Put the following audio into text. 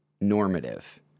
normative